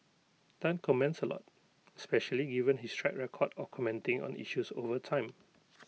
Tan comments A lot especially given his track record of commenting on issues over time